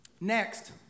Next